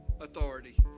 authority